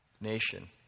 nation